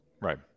Right